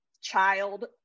child